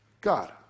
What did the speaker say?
God